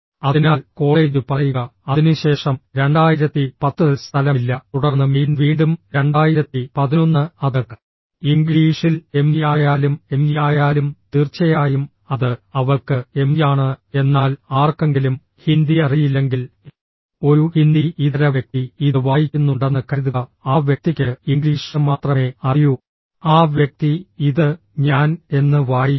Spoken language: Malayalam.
അതിനാൽ കോളേജ് പറയുക അതിനുശേഷം 2010 ൽ സ്ഥലമില്ല തുടർന്ന് മെയ്ൻ വീണ്ടും 2011 അത് ഇംഗ്ലീഷിൽ എംഇ ആയാലും എംഇ ആയാലും തീർച്ചയായും അത് അവൾക്ക് എംഇ ആണ് എന്നാൽ ആർക്കെങ്കിലും ഹിന്ദി അറിയില്ലെങ്കിൽ ഒരു ഹിന്ദി ഇതര വ്യക്തി ഇത് വായിക്കുന്നുണ്ടെന്ന് കരുതുക ആ വ്യക്തിക്ക് ഇംഗ്ലീഷ് മാത്രമേ അറിയൂ ആ വ്യക്തി ഇത് ഞാൻ എന്ന് വായിക്കും